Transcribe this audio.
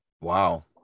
Wow